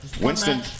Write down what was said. Winston